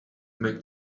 make